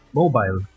mobile